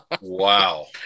Wow